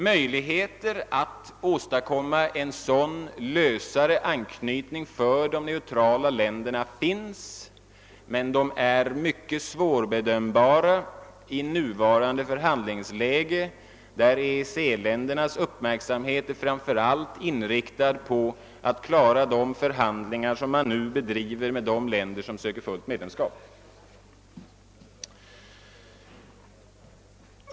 Möjligheterna att åstadkomma en sådan lösare anknytning för de neutrala länderna finns, men de är mycket svårbedömbara i nuvarande förhandlingsläge, där EEC-ländernas uppmärksamhet framför allt är inriktad på att klara de förhandlingar som man nu bedriver med ' de länder som söker fullt medlemskap.